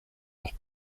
leurs